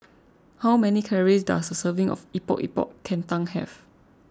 how many calories does a serving of Epok Epok Kentang have